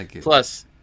Plus